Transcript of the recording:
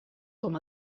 com